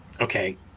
Okay